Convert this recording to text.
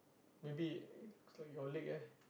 maybe it's like your leg eh